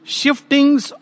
shiftings